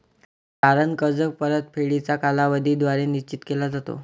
तारण कर्ज परतफेडीचा कालावधी द्वारे निश्चित केला जातो